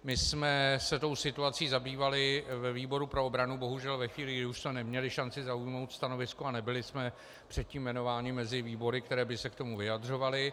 My jsme se tou situací zabývali ve výboru pro obranu bohužel ve chvíli, kdy už jsme neměli šanci zaujmout stanovisko, a nebyli jsme předtím jmenováni mezi výbory, které by se k tomu vyjadřovaly.